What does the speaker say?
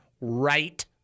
right